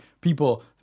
people